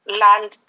land